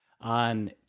on